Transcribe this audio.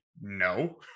no